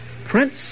Prince